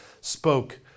spoke